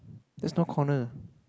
that's not corner